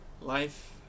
life